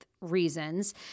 reasons